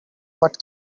what